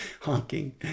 honking